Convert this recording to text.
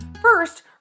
First